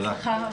תודה.